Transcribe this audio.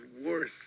worse